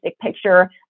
picture